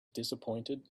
disappointed